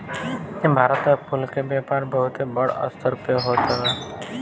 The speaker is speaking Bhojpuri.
भारत में फूल के व्यापार बहुते बड़ स्तर पे होत हवे